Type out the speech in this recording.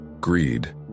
greed